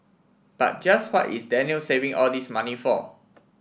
but just what is Daniel saving all this money for